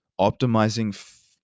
optimizing